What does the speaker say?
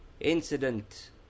Incident